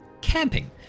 camping